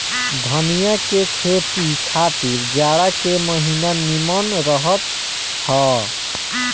धनिया के खेती खातिर जाड़ा के महिना निमन रहत हअ